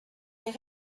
est